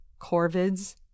corvids